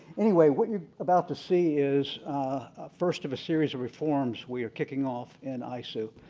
anyway, what you're about to see is a first of a series of reforms we are kicking off in isoo.